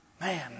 Man